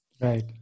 Right